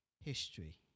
history